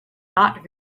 not